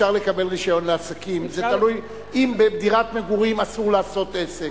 אם בדירת מגורים אסור לעשות עסק,